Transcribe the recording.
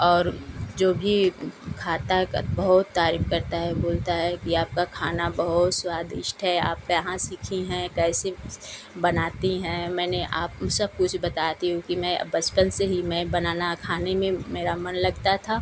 और जो भी खाता है बहुत तारीफ करता है बोलता है कि आपका खाना बहुत स्वादिष्ट है आप कहाँ सीखी हैं कैसे बनाती हैं मैंने आप सब कुछ बताती हूँ कि मैं बचपन से ही मैं बनाना खाने में मेरा मन लगता था